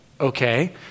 okay